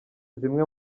zimwe